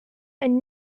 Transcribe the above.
and